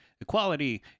equality